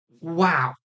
Wow